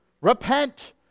repent